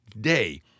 day